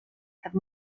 have